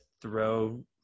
throw